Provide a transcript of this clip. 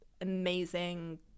amazing –